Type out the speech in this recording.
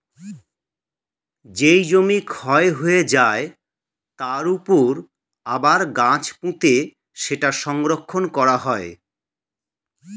যেই জমি ক্ষয় হয়ে যায়, তার উপর আবার গাছ পুঁতে সেটা সংরক্ষণ করা হয়